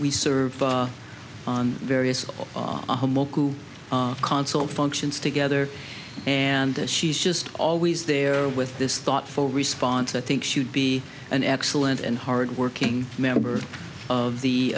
we served on various console functions together and she's just always there with this thoughtful response i think she would be an excellent and hardworking member of the